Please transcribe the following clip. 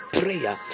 prayer